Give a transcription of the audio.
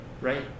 right